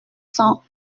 cents